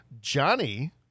Johnny